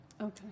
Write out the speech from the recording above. Okay